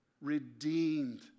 redeemed